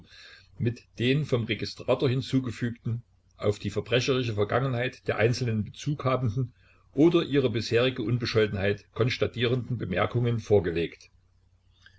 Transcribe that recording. mit den vom registrator hinzugefügten auf die verbrecherische vergangenheit der einzelnen bezug habenden oder ihre bisherige unbescholtenheit konstatierenden bemerkungen vorgelegt